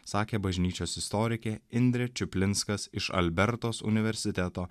sakė bažnyčios istorikė indrė čiuplinskas iš albertos universiteto